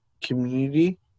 community